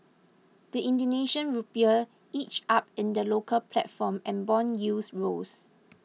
the Indonesian Rupiah inched up in the local platform and bond yields rose